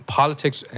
politics